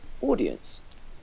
audience